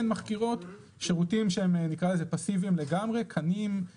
אלא לאפשר להם לבצע את זה בהסכמה עם משרד התקשורת.